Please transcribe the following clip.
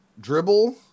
Dribble